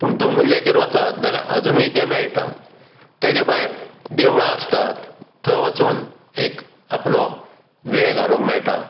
पूण दोंगुल्ल्यांचेर वचत जाल्यार अजुनूय ते मेळटात तेज्या भायर देवळां आसतात थंय वचून एक आपलो वेळ घालोवंक मेळटा